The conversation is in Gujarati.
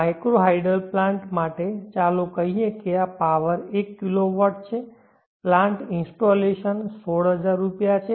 માઇક્રો હાઇડલ પ્લાન્ટ માટે ચાલો કહીએ કે પાવર 1 KW છે પ્લાન્ટ ઇન્સ્ટોલેશન 16000 રૂપિયા છે